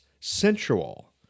sensual